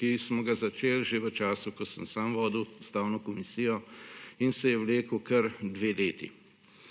ki smo ga začeli že v času, ko sem sam vodil Ustavno komisijo in se je vlekel kar dve leti.